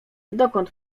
dokąd